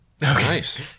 Nice